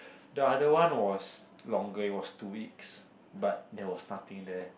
the other one was longer it was two weeks but there was nothing there